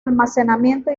almacenamiento